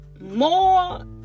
more